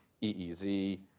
EEZ